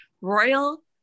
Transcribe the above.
Royal